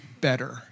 better